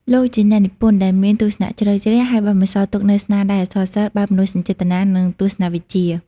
លោកជាអ្នកនិពន្ធដែលមានទស្សនៈជ្រៅជ្រះ ហើយបានបន្សល់ទុកនូវស្នាដៃអក្សរសិល្ប៍បែបមនោសញ្ចេតនា និងទស្សនវិជ្ជា។